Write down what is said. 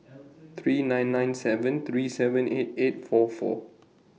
three nine nine seven three seven eight eight four four